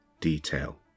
detail